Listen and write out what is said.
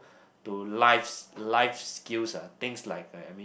to life's life skills ah things like a I mean